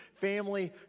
family